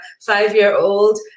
five-year-old